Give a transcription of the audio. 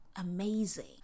amazing